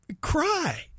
cry